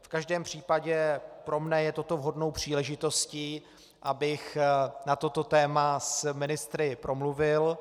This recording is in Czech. V každém případě pro mě je toto vhodnou příležitostí, abych na toto téma s ministry promluvil.